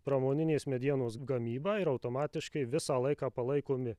pramoninės medienos gamybą ir automatiškai visą laiką palaikomi